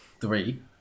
three